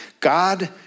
God